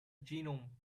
gnome